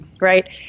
Right